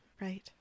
right